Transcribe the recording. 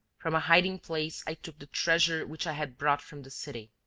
from a hiding-place i took the treasure which i had brought from the city.